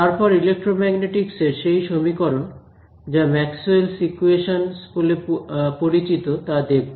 তারপর ইলেক্ট্রোম্যাগনেটিকস এর সেই সমীকরণ যা ম্যাক্সওয়েলস ইকুয়েশনস Maxwell's equations বলে পরিচিত তা দেখব